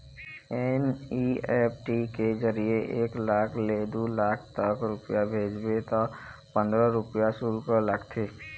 NEFT के जरिए एक लाख ले दू लाख तक रूपिया भेजबे त पंदरा रूपिया सुल्क लागथे